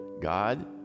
God